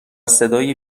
صدای